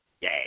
Yay